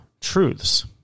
truths